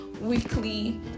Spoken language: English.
weekly